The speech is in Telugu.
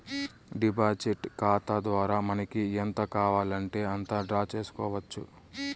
డిపాజిట్ ఖాతా ద్వారా మనకి ఎంత కావాలంటే అంత డ్రా చేసుకోవచ్చు